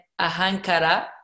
ahankara